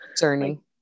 journey